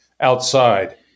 outside